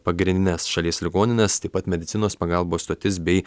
pagrindines šalies ligonines taip pat medicinos pagalbos stotis bei